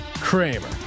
Kramer